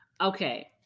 Okay